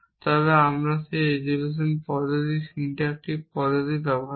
তবে আপনি এই রেজোলিউশন পদ্ধতির সিনট্যাকটিক পদ্ধতি ব্যবহার করে